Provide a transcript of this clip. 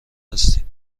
هستیم